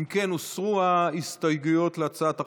אם כן, הוסרו ההסתייגויות להצעת החוק,